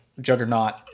Juggernaut